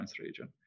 region